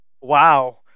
Wow